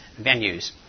venues